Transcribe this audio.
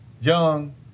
young